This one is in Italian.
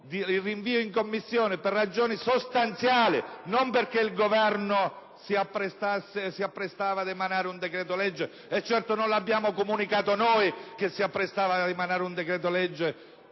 in Commissione per ragioni sostanziali, non perché il Governo si apprestava ad emanare un decreto-legge. E certo non l'abbiamo comunicato noi che si apprestava ad emanare un decreto-legge.